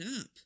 up